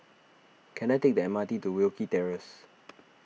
can I take the M R T to Wilkie Terrace